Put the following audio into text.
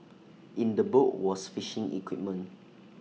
in the boat was fishing equipment